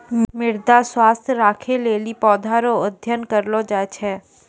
मृदा स्वास्थ्य राखै लेली पौधा रो अध्ययन करलो जाय छै